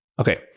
Okay